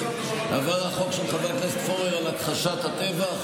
עבר החוק של חבר הכנסת פורר על הכחשת הטבח,